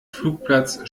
flugplatz